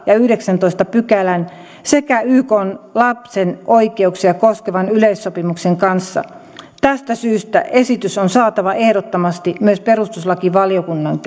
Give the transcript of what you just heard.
ja yhdeksännentoista pykälän sekä ykn lapsen oikeuksia koskevan yleissopimuksen kanssa tästä syystä esitys on saatava ehdottomasti myös perustuslakivaliokunnan